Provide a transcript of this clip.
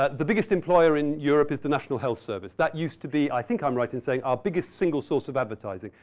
ah the biggest employer in europe is the national health service. that used to be, i think i'm right in saying, our biggest, single source of advertising.